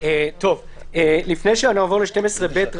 לפני שנעבור ל-12ב,